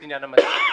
את עניין המדד.